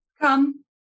Come